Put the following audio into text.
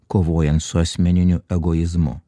kovojant su asmeniniu egoizmu